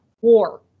war